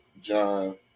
John